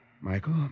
Michael